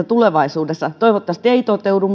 tulevaisuudessa toivottavasti sote ei toteudu